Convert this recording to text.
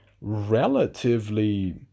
relatively